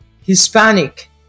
Hispanic